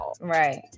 right